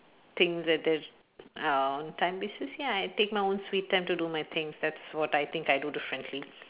things that th~ our time basis ya I take my own sweet time to do my things that's what I think I do differently